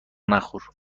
نخور